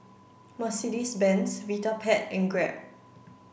Mercedes Benz Vitapet and Grab